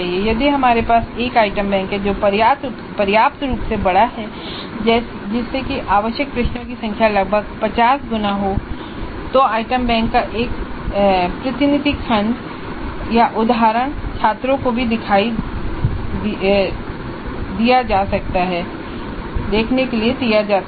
यदि हमारे पास एक आइटम बैंक है जो पर्याप्त रूप से बड़ा है जैसे कि आवश्यक प्रश्नों की संख्या का लगभग 50 गुना तो आइटम बैंक का एक प्रतिनिधि खंड छात्रों को भी दिखाई दे सकता है